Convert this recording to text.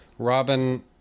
Robin